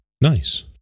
Nice